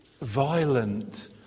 violent